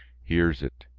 hears it.